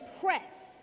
press